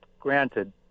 granted